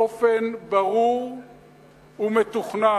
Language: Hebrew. באופן ברור ומתוכנן.